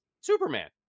Superman